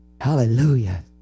Hallelujah